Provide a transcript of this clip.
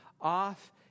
off